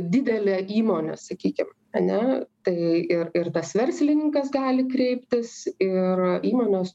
didelė įmonė sakykim ane tai ir ir tas verslininkas gali kreiptis ir įmonės